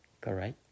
correct